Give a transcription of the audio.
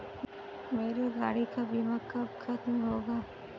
मेरे गाड़ी का बीमा कब खत्म होगा?